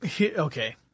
okay